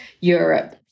Europe